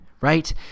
Right